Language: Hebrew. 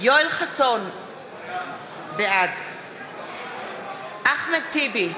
יואל חסון, בעד אחמד טיבי,